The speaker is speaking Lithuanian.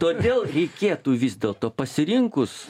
todėl reikėtų vis dėlto pasirinkus